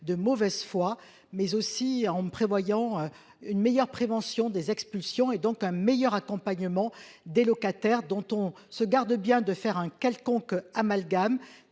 de mauvaise foi mais aussi en prévoyant une meilleure prévention des expulsions et donc un meilleur accompagnement des locataires dont on se garde bien de faire un quelconque amalgame.